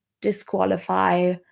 disqualify